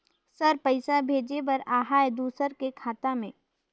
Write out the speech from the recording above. Sir पइसा भेजे बर आहाय दुसर के खाता मे?